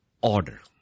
order